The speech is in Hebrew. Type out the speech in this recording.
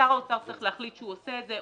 שר האוצר צריך להחליט שהוא עושה את זה.